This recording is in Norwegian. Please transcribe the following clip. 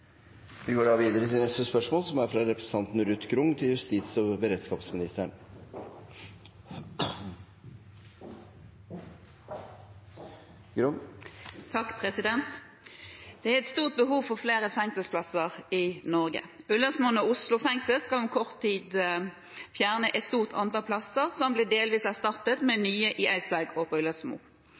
er stort behov for flere fengselsplasser i Norge. Ullersmo og Oslo fengsel skal om kort tid fjerne et stort antall plasser, som blir delvis erstattet med nye i Eidsberg og